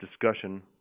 discussion